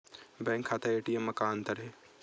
Bank खाता ATM मा का अंतर हे?